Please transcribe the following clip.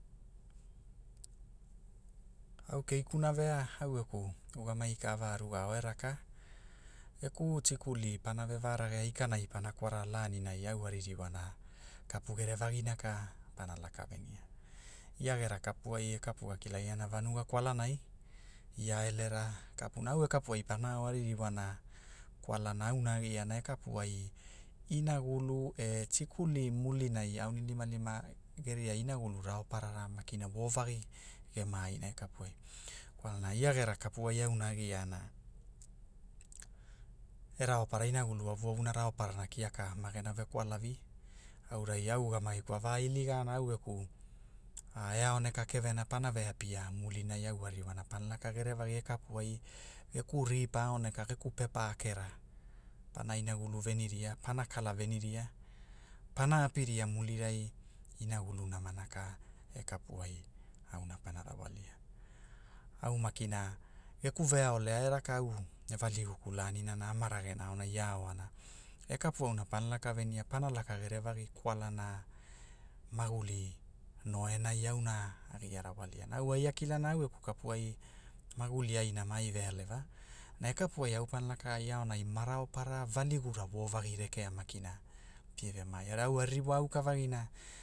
Au keikuna vea, au geku, ugamagi ka a va rugao eraka, geku tikuli pana ve va ragea ikanai pana kwara laninai au a ririwana, kapu gerevagina ka, pana laka venia, ia gera kapu ai e kilagiana vanuga kwalanai, ia elera, kapuna- au e kapu ai pana ao aririwana, kwalana auna agiana e kapu ai inagulu e tikuli mulinai aunilimalima geria inagulu rauparara makina ovagi, ge maaina e kapu ai, kwalana ia gera kapu ai auna agiana, e raopara inagulu avuavuna raoparana kiaka magena ve kwalavi, aurai au ugamagiku a vailigana au geku, a e aoneka kerena pana ve apia mulinai au a ririwana pana laka gerevagi e kapu ai, geku ripa aoneka geku pepa- kera, pana inagulu veniria pana kala veniria, pana apiria mulirai inagulu namana ka, e kapu ai, auna pana rawalia, au makina geku ve aolea e rakau e valiguku lanina na ama ragena aonai ia wana, e kapu auna pana laka venia pana laka gere vagi kwalana, maguli, no enai auna, agia rawaliana, au ai akilana au geku kapuai, maguli ai nama ai vealeva, na e kapuai au pana lakai aonai ma raopara. valigura wovagi rekea makina, pie ve mai era au aririwa auka vagina.